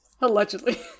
allegedly